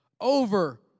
over